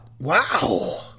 Wow